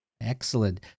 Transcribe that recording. Excellent